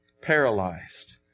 paralyzed